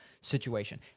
situation